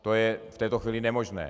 To je v této chvíli nemožné.